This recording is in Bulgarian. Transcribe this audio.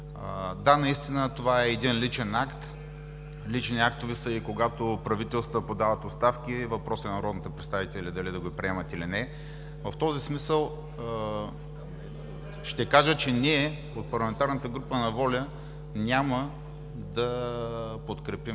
Да, наистина, това е един личен акт. Лични актове са и когато правителства подават оставки – въпрос на народните представители е дали да го приемат, или не. В този смисъл ще кажа, че ние, парламентарната група на „Воля“, няма да подкрепим